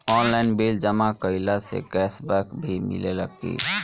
Online bill जमा कईला से कैश बक भी मिलेला की?